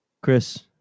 Chris